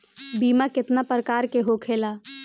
बीमा केतना प्रकार के होखे ला?